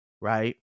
Right